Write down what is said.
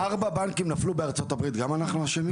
ארבע בנקים נפלו בארצות הברית, גם אנחנו אשמים?